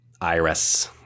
IRS